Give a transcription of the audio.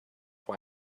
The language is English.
why